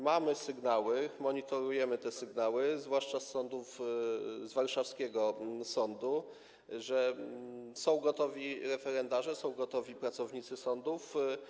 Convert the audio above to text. Mamy sygnały, monitorujemy te sygnały, zwłaszcza z warszawskiego sądu, że są gotowi referendarze, są gotowi pracownicy sądów.